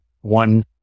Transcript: one